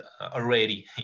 already